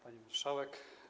Pani Marszałek!